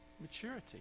Maturity